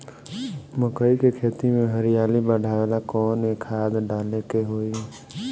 मकई के खेती में हरियाली बढ़ावेला कवन खाद डाले के होई?